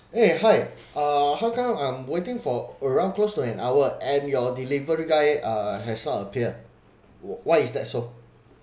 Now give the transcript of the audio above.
eh hi uh how come I'm waiting for around close to an hour and your delivery guy uh has not appeared why is that so